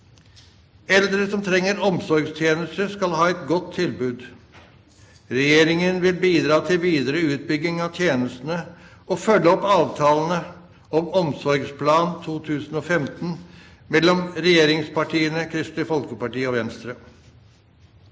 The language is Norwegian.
Eldre som trenger omsorgstjenester, skal ha et godt tilbud. Regjeringen vil bidra til videre utbygging av tjenestene og følge opp avtalen om Omsorgsplan 2015 mellom regjeringspartiene, Kristelig Folkeparti og Venstre.